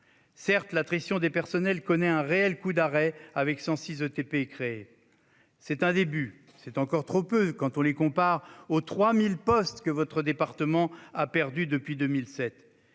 Certes, l'attrition des personnels connaît un réel coup d'arrêt, avec 106 ETP créés. C'est un début, mais c'est encore trop peu, quand on les compare aux 3 000 postes que votre département a perdus depuis 2007.